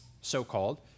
so-called